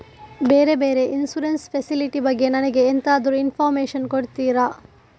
ಬೇರೆ ಬೇರೆ insurance facility ಬಗ್ಗೆ ನನಗೆ ಎಂತಾದ್ರೂ ಇನ್ಫೋರ್ಮೇಷನ್ ಕೊಡ್ತೀರಾ?